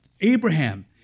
abraham